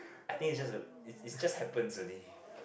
I think is just a is is just happens already